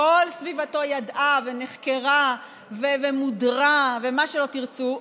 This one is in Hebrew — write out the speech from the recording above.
כל סביבתו ידעה ונחקרה ומודרה ומה שלא תרצו,